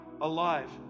alive